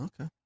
Okay